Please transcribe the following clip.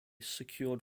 secured